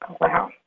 Wow